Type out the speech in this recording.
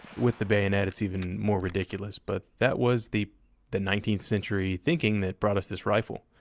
with the bayonet, it's even more ridiculous, but that was the the nineteenth century thinking that brought us this rifle.